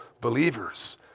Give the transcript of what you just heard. believers